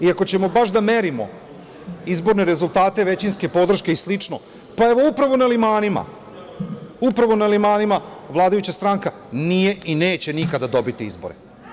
I ako ćemo baš da merimo izborne rezultate, većinske podrške i slično, pa evo, upravo na Limanima vladajuća stranka nije i neće nikada dobiti izbore.